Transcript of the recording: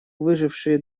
выжившие